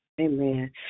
Amen